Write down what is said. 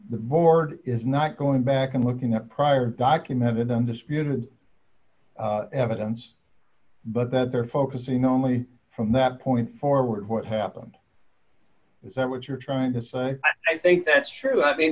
board is not going back and looking at prior documented undisputed evidence but that they're focusing only from that point forward what happened is that what you're trying to say i think that's true i mean